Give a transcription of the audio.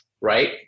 right